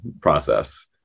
process